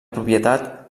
propietat